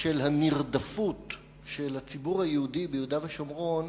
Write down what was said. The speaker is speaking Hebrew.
של הנרדפות של הציבור היהודי ביהודה ושומרון